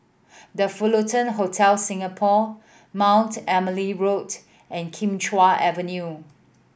The Fullerton Hotel Singapore Mount Emily Road and Kim Chuan Avenue